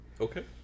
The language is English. Okay